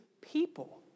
people